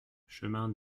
chemin